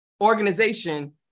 organization